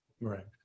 Right